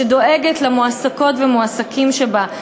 שדואגת למועסקות ולמועסקים שבה,